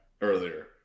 earlier